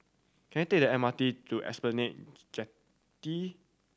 can I take the M R T to Esplanade Jetty